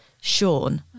Sean